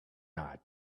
not